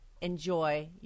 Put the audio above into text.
Enjoy